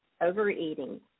overeating